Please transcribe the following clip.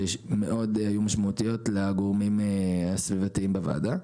שהיו מאוד משמעותיות לגורמים הסביבתיים בוועדה.